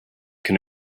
can